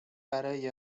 برای